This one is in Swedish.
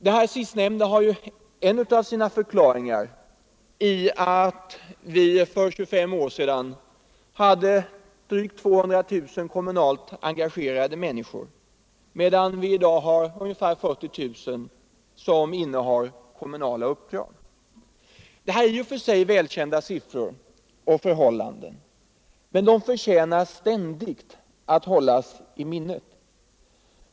Det sistnämnda har en av sina förklaringar i att vi för 25 år sedan hade drygt 200 000 kommunalt engagerade, medan det i dag bara är ungefär 40 000 som innehar kommunala uppdrag. Det är i och för sig välkända siffror och förhållanden, men de förtjänar alltjämt att hållas i minnet.